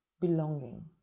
belonging